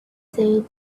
said